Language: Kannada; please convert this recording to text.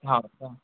ಹೌದಾ